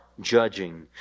judging